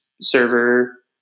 server